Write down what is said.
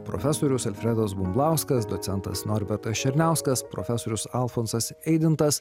profesorius alfredas bumblauskas docentas norbertas černiauskas profesorius alfonsas eidintas